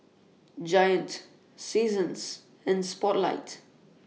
Giant Seasons and Spotlight